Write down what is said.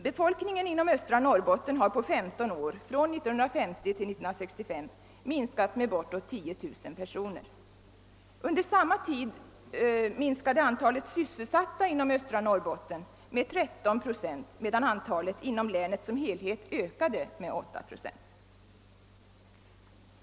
Befolkningen inom östra Norrbotten har på 15 år, från 1950 till 1965, minskat med bortåt 10000 personer. Under samma tid minskade antalet sysselsatta inom östra Norrbotten med 13 procent medan antalet inom länet som helhet ökade med 8 procent.